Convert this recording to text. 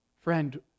Friend